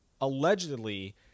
Allegedly